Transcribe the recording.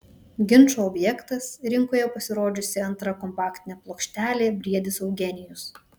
ginčo objektas rinkoje pasirodžiusi antra kompaktinė plokštelė briedis eugenijus